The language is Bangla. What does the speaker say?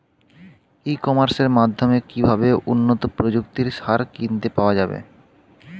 ই কমার্সের মাধ্যমে কিভাবে উন্নত প্রযুক্তির সার কিনতে পাওয়া যাবে?